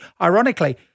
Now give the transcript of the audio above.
Ironically